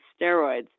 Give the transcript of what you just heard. steroids